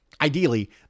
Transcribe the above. Ideally